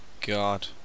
god